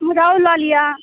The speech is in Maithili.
रोहु लऽ लिअ